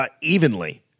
Evenly